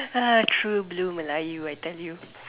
ah true blue melayu you I tell you